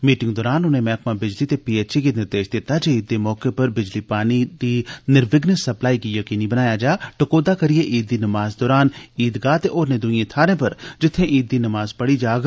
meeting दौरान उनें मैहकमा बिजली ते पीएचई गी निर्देश दित्ता जे ईद दे मौके पर बिजली पानी दी निर्विंघन सप्लाई गी यकीनी बनाया जा टकोह्दा करिए ईद दी नमाज दौरान ईदगाह ते होरने दुईए थाहरे पर जित्थे ईद दी नमाज पढ़ी जाग